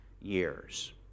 years